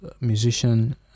musician